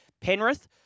Penrith